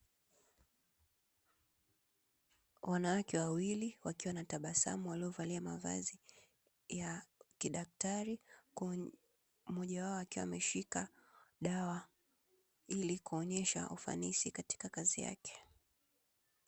Wanawake wawili walionatabasamu wakiwa wamevalia mavazi kidaktari, mmoja wao akiwa ameshika dawa ili kuonesha ufanisi katika kazi yake.